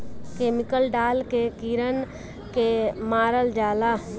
chemical डाल के कीड़न के मारल जाला